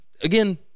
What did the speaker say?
Again